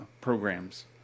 programs